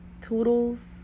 toodles